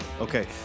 Okay